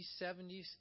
70s